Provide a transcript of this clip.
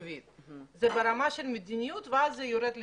זה ברמה של מדיניות ואז זה יורד לשטח.